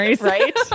right